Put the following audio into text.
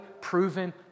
proven